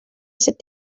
sit